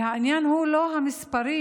והעניין הוא לא המספרים.